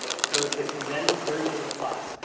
so it's a condensed version of the class.